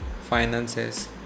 finances